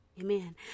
amen